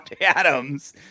Adams